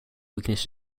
weakness